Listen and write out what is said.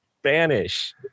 Spanish